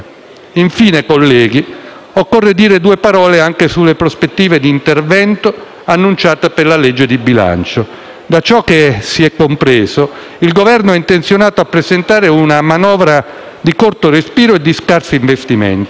Inoltre, colleghi, occorre dire due parole anche sulle prospettive di intervento annunciate per la legge di bilancio. Da ciò che si è compreso, il Governo è intenzionato a presentare una manovra di corto respiro e di scarsi investimenti.